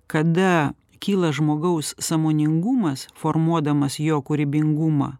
kada kyla žmogaus sąmoningumas formuodamas jo kūrybingumą